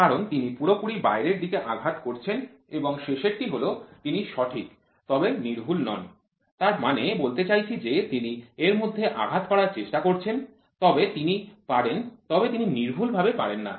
কারণ তিনি পুরোপুরি বাইরের দিকে আঘাত করছেন এবং শেষরটি হল তিনি সঠিক তবে সূক্ষ্ম নন তার মানে বলতে চাইছি যে তিনি এর মধ্যে আঘাত করার চেষ্টা করছেন তবে তিনি পারেন তবে তিনি সূক্ষ্মভাবে পারেন না